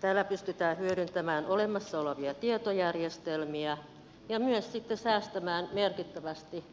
tällä pystyään hyödyntämään olemassa olevia tietojärjestelmiä ja myös sitten säästämään merkittävästi